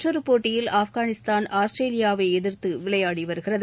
மற்றொருபோட்டியில் ஆப்காவிஸ்தான் ஆஸ்திரேலியாவை எதிர்த்து விளையாடி வருகிறது